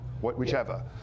whichever